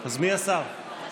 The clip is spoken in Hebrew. מי השר?